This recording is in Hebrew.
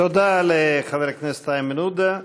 תודה לחבר הכנסת איימן עודה.